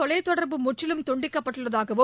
தொலைத்தொடர்பு முற்றிலும் துண்டிக்கப்பட்டுள்ளதாகவும்